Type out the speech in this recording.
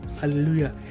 hallelujah